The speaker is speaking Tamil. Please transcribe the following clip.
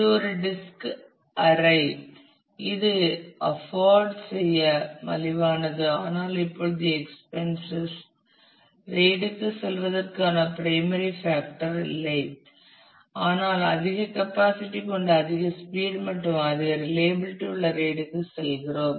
இது ஒரு டிஸ்க் அரை இது அபோட் செய்ய மலிவானது ஆனால் இப்போது எக்பென்சஸ் RAID க்குச் செல்வதற்கான பிரைமரி ஃபேக்டர் இல்லை ஆனால் அதிக கெப்பாசிட்டி கொண்ட அதிக ஸ்பீட் மற்றும் அதிக ரிலையபிளிட்டி உள்ள RAID க்கு செல்கிறோம்